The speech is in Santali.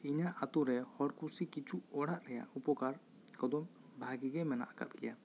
ᱤᱧᱟᱹᱜ ᱟᱹᱛᱩ ᱨᱮ ᱦᱚᱲ ᱠᱩᱥᱤ ᱚᱲᱟᱜ ᱨᱮᱭᱟᱜ ᱩᱯᱚᱠᱟᱨ ᱠᱚᱫᱚ ᱵᱷᱟᱜᱤ ᱜᱮ ᱢᱮᱱᱟᱜ ᱟᱠᱟᱫ ᱜᱮᱭᱟ